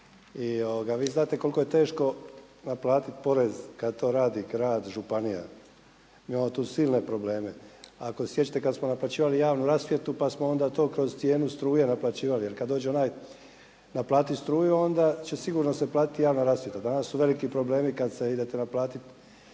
I vi znate koliko je teško naplatiti porez kad to radi grad, županija. Imamo tu silne probleme. Ako se sjećate kada smo naplaćivali javnu rasvjetu pa smo onda to kroz cijenu struje naplaćivali. Jer kad dođe onaj naplatiti struju onda će sigurno se platiti javna rasvjeta. Danas su veliki problemi kad idete naplatiti